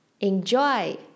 enjoy